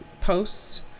posts